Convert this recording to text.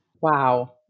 Wow